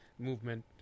movement